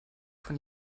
von